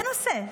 תנסה.